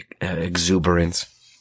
exuberance